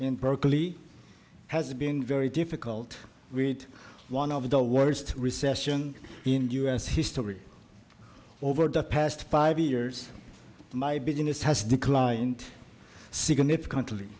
in berkeley has been very difficult with one of the worst recession in us history over the past five years my business has declined significantly